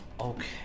Okay